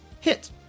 hit